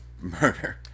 murder